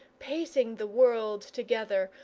pacing the world together,